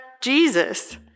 Jesus